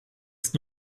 ist